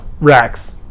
Racks